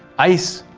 ice,